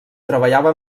treballava